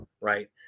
right